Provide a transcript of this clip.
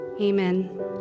Amen